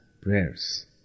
Prayers